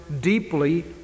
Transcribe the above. deeply